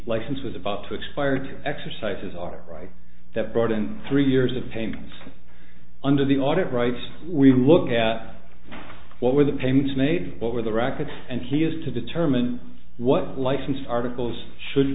license was about to expire to exercise our rights that brought in three years of payments under the audit rights we look at what were the payments made what were the records and he has to determine what license articles should